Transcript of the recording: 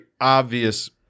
obvious –